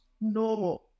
No